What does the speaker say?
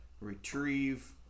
retrieve